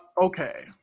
Okay